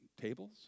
tables